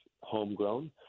homegrown